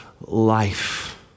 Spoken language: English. life